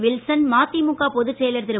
Wilson MDMK பொதுச் செயலர் திரு